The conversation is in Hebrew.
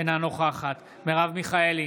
אינה נוכחת מרב מיכאלי,